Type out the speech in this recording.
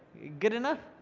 good enough?